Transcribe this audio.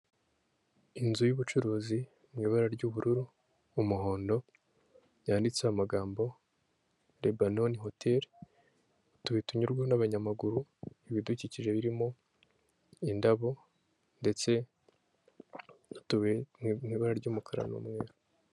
Inzu y'ubucuruzi m'ibara ry'ubururu, umuhondo yanditseho amagambo rebanoni hoteli utuyira tunyurwa mo n'abanyamaguru ibidukikije birimo indabo ndetse ibara ry'umukara n'umweru.